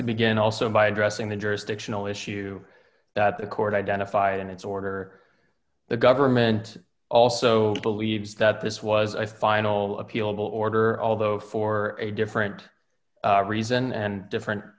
to begin also by addressing the jurisdictional issue that the court identified in its order the government also believes that this was a final appeal order although for a different reason and different